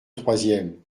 troisième